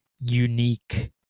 unique